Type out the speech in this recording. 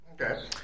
Okay